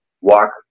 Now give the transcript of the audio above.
walk